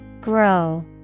Grow